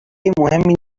مهمی